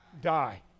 die